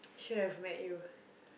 should have met you